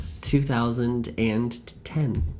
2010